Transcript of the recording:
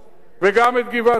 וגם את גבעת-האולפנה,